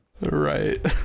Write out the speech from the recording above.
Right